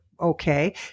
Okay